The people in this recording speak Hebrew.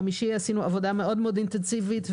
אנחנו כרגע דנים בסעיף שעניינו תנאים למתן היתר הפעלה.